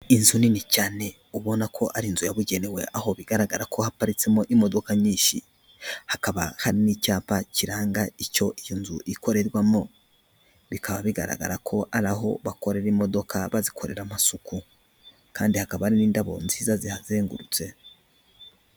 Inzu nini cyane ubona ko ari inzu yabugenewe aho bigaragara ko haparitsemo imodoka nyinshi hakaba hari n'icyapa kiranga icyo iyo nzu ikorerwamo, bikaba bigaragara ko ari aho bakorera imodoka bazikorera amasuku, kandi hakaba n'indabo nziza zihazengurutse.